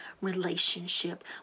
relationship